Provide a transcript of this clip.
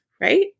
right